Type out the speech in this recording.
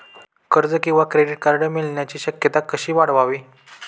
कर्ज किंवा credit card मिळण्याची शक्यता कशी वाढवावी?